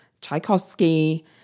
Tchaikovsky